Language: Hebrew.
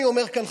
אני אומר כאן,